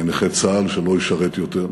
כנכה צה"ל שלא ישרת יותר,